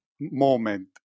moment